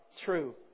true